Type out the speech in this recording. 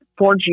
4G